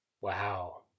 Wow